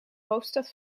hoofdstad